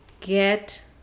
get